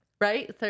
right